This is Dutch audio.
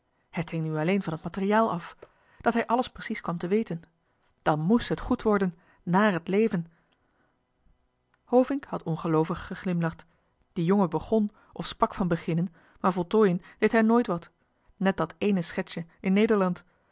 kwam nu alleen op het materiaal aan dat hij alles precies kwam te weten dan moest het goed worden vlak naar het leven hovink had ongeloovig geglimlacht die jongen begon of sprak van beginnen maar voltooien deed hij nooit wat dat ééne schetsje in nederland